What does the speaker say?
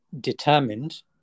determined